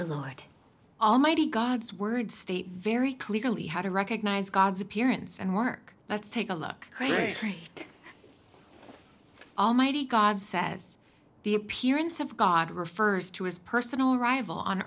the lord almighty god's word state very clearly how to recognize god's appearance and work let's take a look great great almighty god says the appearance of god refers to his personal rival on